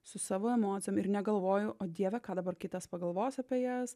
su savo emocijom ir negalvoju o dieve ką dabar kitas pagalvos apie jas